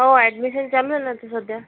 हो ॲडमिशन चालू आहे ना आता सध्या